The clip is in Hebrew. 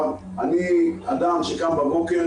אני אדם שקם בבוקר,